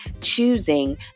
choosing